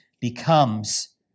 becomes